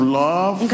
love